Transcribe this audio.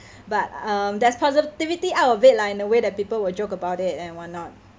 but um there's positivity out of it lah in a way that people will joke about it and whatnot